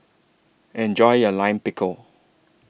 Enjoy your Lime Pickle